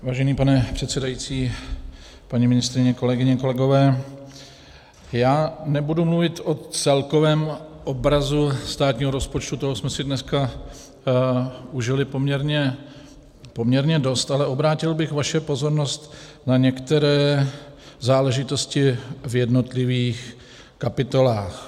Vážený pane předsedající, paní ministryně, kolegyně, kolegové, já nebudu mluvit o celkovém obrazu státního rozpočtu, toho jsme si dneska užili poměrně dost, ale obrátil bych vaši pozornost na některé záležitosti v jednotlivých kapitolách.